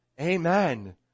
Amen